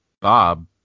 Bob